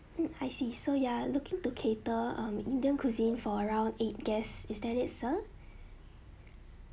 hmm I see so you are looking to cater um indian cuisine for around eight guests is that is sir